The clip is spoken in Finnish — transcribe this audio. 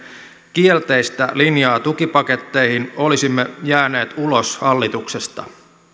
kielteistä linjaa tukipaketteihin olisimme jääneet ulos hallituksesta